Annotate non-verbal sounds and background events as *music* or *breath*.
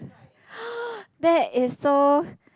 *breath* that is so